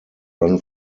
run